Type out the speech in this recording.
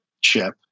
chip